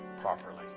properly